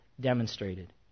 demonstrated